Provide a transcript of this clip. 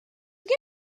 get